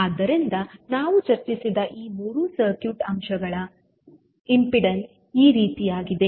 ಆದ್ದರಿಂದ ನಾವು ಚರ್ಚಿಸಿದ ಈ ಮೂರು ಸರ್ಕ್ಯೂಟ್ ಅಂಶಗಳ ಇಂಪಿಡೆನ್ಸ್ ಈ ರೀತಿಯಾಗಿವೆ